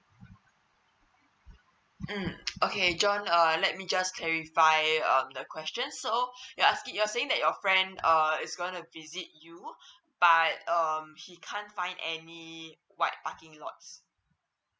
mm okay john err let me just clarify on the question so you ask your saying that your friend uh it's going to visit you but he can't find any white parking lots